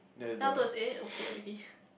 then afterwards eh okay already